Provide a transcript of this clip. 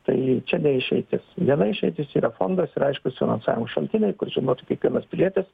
tai čia ne išeitis viena išeitis yra fondas ir aiškūs finansavimo šaltiniai kur žinotų kiekvienas pilietis